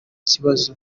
kibazo